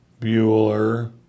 Bueller